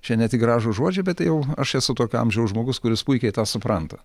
čia ne tik gražūs žodžiai bet tai jau aš esu tokio amžiaus žmogus kuris puikiai tą supranta